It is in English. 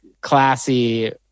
classy